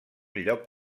lloc